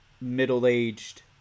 middle-aged